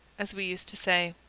as we used to say.